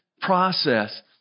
process